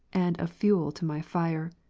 and of fuel to my fire.